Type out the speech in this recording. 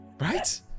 Right